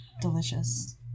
delicious